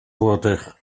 wurde